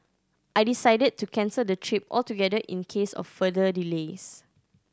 I decided to cancel the trip altogether in case of further delays